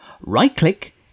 Right-click